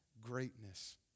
greatness